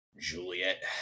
Juliet